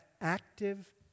active